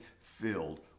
filled